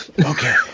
Okay